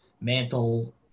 Mantle